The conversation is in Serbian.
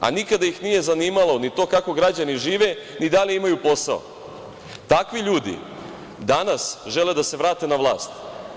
a nikada ih nije zanimalo ni to kako građani žive, ni da li imaju posao, takvi ljudi danas žele da se vrate na vlast.